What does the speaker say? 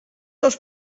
els